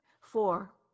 Four